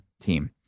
team